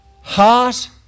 Heart